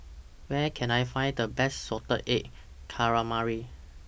Where Can I Find The Best Salted Egg Calamari